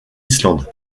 islande